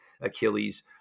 Achilles